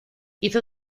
hizo